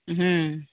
ᱦᱩᱸ